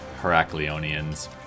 Heracleonians